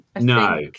No